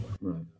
Right